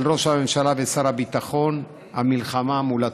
ראש הממשלה ושר הביטחון "המלחמה מול הטרור".